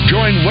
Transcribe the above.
Join